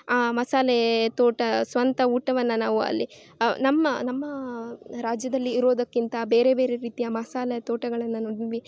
ಆ ಮಸಾಲೆ ತೋಟ ಸ್ವಂತ ಊಟವನ್ನು ನಾವು ಅಲ್ಲಿ ನಮ್ಮ ನಮ್ಮ ರಾಜ್ಯದಲ್ಲಿ ಇರೋದಕ್ಕಿಂತ ಬೇರೆ ಬೇರೆ ರೀತಿಯ ಮಸಾಲೆ ತೋಟಗಳನ್ನು ನೋಡಿದ್ವಿ